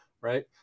right